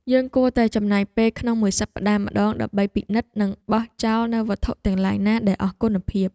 យើងគួរតែចំណាយពេលក្នុងមួយសប្តាហ៍ម្តងដើម្បីពិនិត្យនិងបោះចោលនូវវត្ថុទាំងឡាយណាដែលអស់គុណភាព។